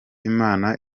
imana